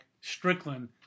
Strickland